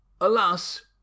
alas